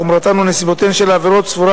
חומרתן או נסיבותיהן של העבירות סבורה